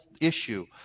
issue